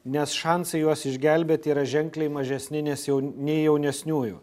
nes šansai juos išgelbėti yra ženkliai mažesni nes jau nei jaunesniųjų